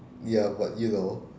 ya but you know